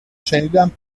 شنیدم